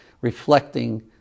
reflecting